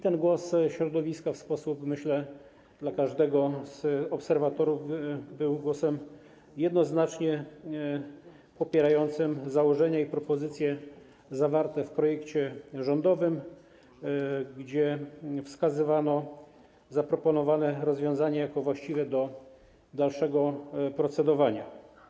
Ten głos środowiska, myślę, dla każdego z obserwatorów był głosem jednoznacznie popierającym założenia i propozycje zawarte w projekcie rządowym, gdzie wskazywano zaproponowane rozwiązanie jako właściwe do dalszego procedowania.